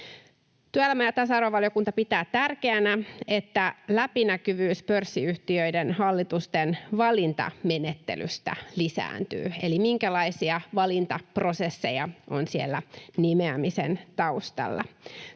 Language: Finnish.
Työelämä- ja tasa-arvovaliokunta pitää tärkeänä, että läpinäkyvyys pörssiyhtiöiden hallitusten valintamenettelyssä lisääntyy, eli minkälaisia valintaprosesseja on siellä nimeämisen taustalla.